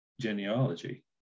genealogy